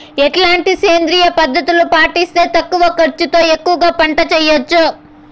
ఎట్లాంటి సేంద్రియ పద్ధతులు పాటిస్తే తక్కువ ఖర్చు తో ఎక్కువగా పంట చేయొచ్చు?